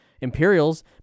Imperials